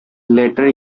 later